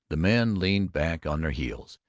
the men leaned back on their heels,